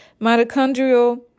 Mitochondrial